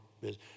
business